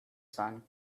son